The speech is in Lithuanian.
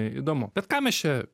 įdomu bet ką mes čia